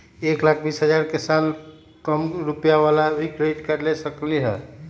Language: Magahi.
एक लाख बीस हजार के साल कम रुपयावाला भी क्रेडिट कार्ड ले सकली ह?